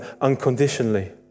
unconditionally